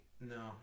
No